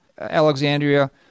Alexandria